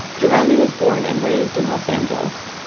jeromey was born and raised in los angeles.